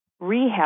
rehab